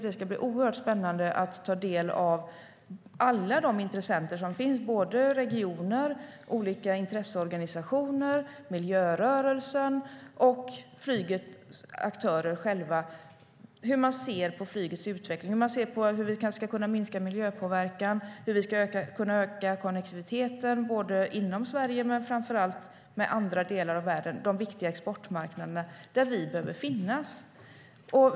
Det ska bli spännande att ta del av hur alla de intressenter som finns - regioner, olika intresseorganisationer, miljörörelse och flygets aktörer - ser på flygets utveckling, på hur vi ska kunna minska miljöpåverkan och på hur vi ska kunna öka konnektiviteten inom Sverige men framför allt med andra delar av världen, det vill säga de viktiga exportmarknaderna där vi behöver finnas.